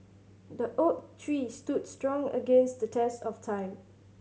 the oak tree stood strong against the test of time